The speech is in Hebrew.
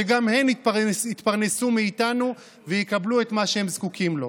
שגם הן יתפרנסו מאיתנו ויקבלו את מה שהן זקוקות לו.